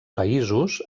països